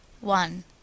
one